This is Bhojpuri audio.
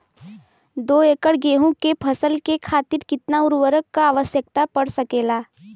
दो एकड़ गेहूँ के फसल के खातीर कितना उर्वरक क आवश्यकता पड़ सकेल?